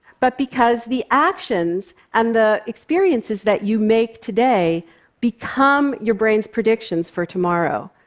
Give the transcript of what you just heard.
but because the actions and the experiences that you make today become your brain's predictions for tomorrow.